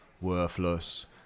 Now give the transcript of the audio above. worthless